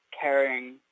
caring